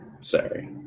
Sorry